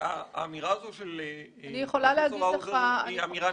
האמירה הזאת של פרופ' האוזר היא אמירה